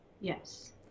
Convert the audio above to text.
Yes